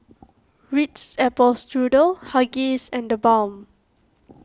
Ritz Apple Strudel Huggies and theBalm